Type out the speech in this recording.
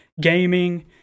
gaming